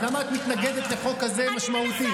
אז למה את מתנגדת לחוק כזה משמעותי?